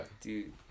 Dude